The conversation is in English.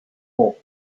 hope